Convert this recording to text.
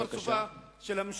הוא חושף את פרצופה של הממשלה.